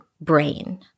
brain